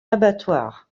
abattoir